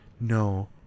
no